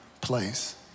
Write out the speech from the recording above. place